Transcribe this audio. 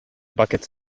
buckets